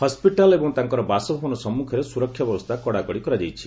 hospital ଏବଂ ତାଙ୍କର ବାସଭବନ ସମ୍ମଖରେ ସ୍ୱରକ୍ଷା ବ୍ୟବସ୍ଥା କଡ଼ାକଡ଼ି କରାଯାଇଛି